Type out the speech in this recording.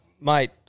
mate